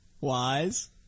Wise